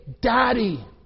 Daddy